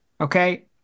okay